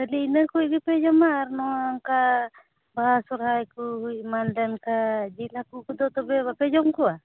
ᱠᱷᱟᱹᱞᱤ ᱤᱱᱟᱹ ᱠᱚᱜᱮᱯᱮ ᱡᱚᱢᱟ ᱱᱚᱝᱠᱟ ᱵᱟᱦᱟ ᱥᱚᱨᱦᱟᱭ ᱠᱚ ᱦᱩᱭ ᱮᱢᱟᱱ ᱞᱮᱱ ᱠᱷᱟᱱ ᱡᱤᱞ ᱦᱟᱹᱠᱩ ᱠᱚᱫᱚ ᱛᱚᱵᱮ ᱵᱟᱯᱮ ᱡᱚᱢ ᱠᱚᱣᱟ